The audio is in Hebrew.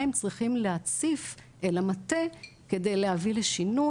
הם צריכים להציף אל המטה כדי להביא לשינוי.